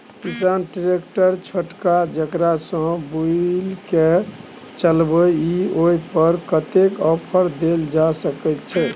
किसान ट्रैक्टर छोटका जेकरा सौ बुईल के चलबे इ ओय पर कतेक ऑफर दैल जा सकेत छै?